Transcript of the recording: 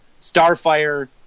starfire